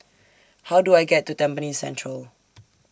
How Do I get to Tampines Central